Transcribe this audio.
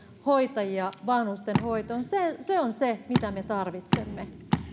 hoitajia vanhustenhoitoon se se on se mitä me tarvitsemme